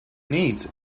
needs